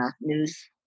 news